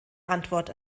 antwort